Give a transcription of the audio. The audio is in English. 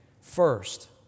first